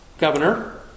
Governor